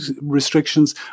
restrictions